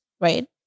Right